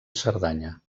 cerdanya